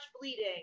bleeding